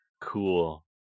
Cool